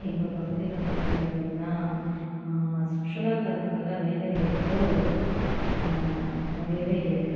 எங்கள் பகுதியில பார்த்திங்க அப்படின்னா சுற்றுலா தளங்களில் வேலைவாய்ப்பு நிறையவே இருக்கு